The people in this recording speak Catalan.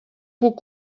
puc